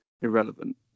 irrelevant